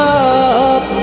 up